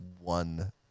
one